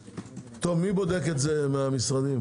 מי בודק את זה מהמשרדים?